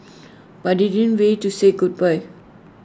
but I didn't went to say goodbye